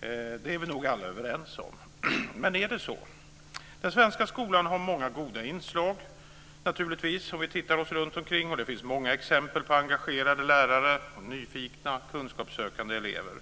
Det är vi nog alla överens om. Men är det så? Den svenska skolan har naturligtvis många goda inslag. Det ser vi om vi tittar oss runtomkring. Det finns många exempel på engagerade lärare och nyfikna, kunskapssökande elever.